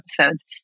episodes